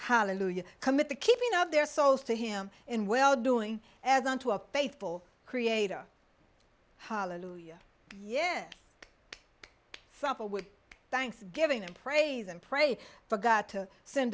you commit the keeping of their souls to him in well doing as onto a faithful creator hallelujah years suffer with thanksgiving and praise and pray for god to send